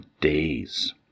days